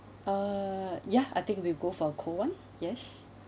uh ya I think we'll go for cold [one] yes